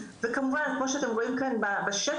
וכמובן כמו שאתם רואים כאן בשקף,